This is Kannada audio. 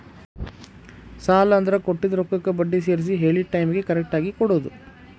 ಸಾಲ ಅಂದ್ರ ಕೊಟ್ಟಿದ್ ರೊಕ್ಕಕ್ಕ ಬಡ್ಡಿ ಸೇರ್ಸಿ ಹೇಳಿದ್ ಟೈಮಿಗಿ ಕರೆಕ್ಟಾಗಿ ಕೊಡೋದ್